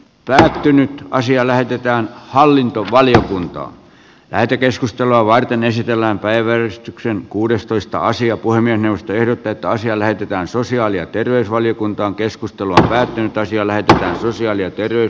täällä synny asia lähetetään hallintovaliokuntaan käyty keskustelua varten esitellään päivystyksen kuudestoista asia kuin minusta ehdotetaan siellä pitää sosiaali ja terveysvaliokuntaan keskustelu päättyy tai siellä täällä susia ja kevyet